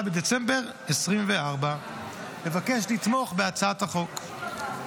31 בדצמבר 2024. אבקש לתמוך בהצעת החוק.